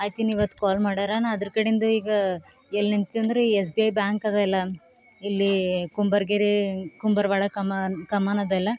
ಆಯ್ತು ಇನ್ನು ಇವತ್ತು ಕಾಲ್ ಮಾಡ್ಯಾರ ನಾನು ಅದರ ಕಡಿಂದು ಈಗ ಎಲ್ಲಿ ನಿಂತು ಅಂದ್ರೆ ಎಸ್ ಬಿ ಐ ಬ್ಯಾಂಕ್ ಅದ ಅಲ್ಲ ಇಲ್ಲಿ ಕುಂಬಾರ್ಗೇರಿ ಕುಂಬಾರವಾಡಾ ಕಮಾನು ಕಮಾನದಲ್ಲ